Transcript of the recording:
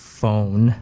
phone